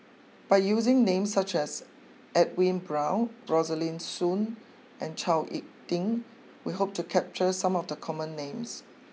by using names such as Edwin Brown Rosaline Soon and Chao Hick Tin we hope to capture some of the common names